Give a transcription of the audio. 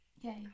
Yay